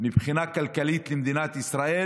מבחינה כלכלית למדינת ישראל.